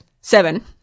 seven